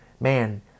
man